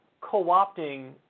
co-opting